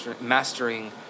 mastering